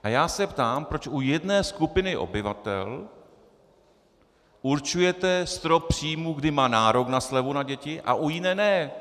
A já se ptám, proč u jedné skupiny obyvatel určujete strop příjmů, kdy má nárok na slevu na děti, a u jiné ne.